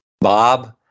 Bob